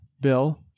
Bill